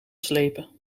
slepen